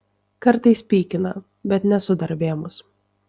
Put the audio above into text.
kartais pykina bet nesu dar vėmus